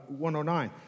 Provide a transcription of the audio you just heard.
109